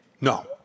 No